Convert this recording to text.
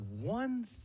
one